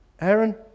Aaron